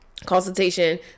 consultation